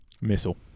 Missile